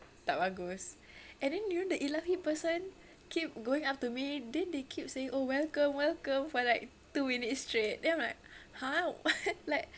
tak bagus and then you know the ilahui person keep going up to me then they keep saying oh welcome welcome for like two minutes straight then I'm like !huh! what like